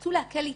רצו להקל איתו.